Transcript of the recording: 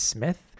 Smith